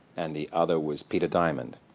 and the other was peter diamond.